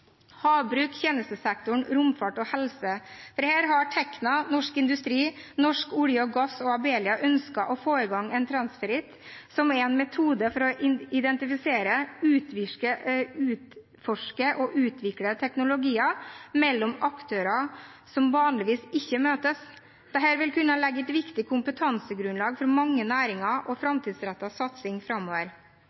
havbruk, tjenestesektoren, romfart og helse. Her har Tekna, Norsk Industri, Norsk olje og gass og Abelia ønsket å få i gang en transferit, som er en metode for å identifisere, utforske og utvikle teknologier mellom aktører som vanligvis ikke møtes. Dette vil kunne legge et viktig kompetansegrunnlag for mange næringer og framtidsrettet satsing framover.